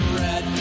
red